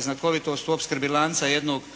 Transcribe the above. znakovitost u opskrbi lanca tijekom